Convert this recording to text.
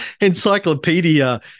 encyclopedia